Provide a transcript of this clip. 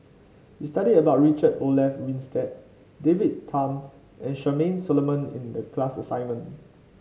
we studied about Richard Olaf Winstedt David Tham and Charmaine Solomon in the class assignment